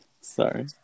Sorry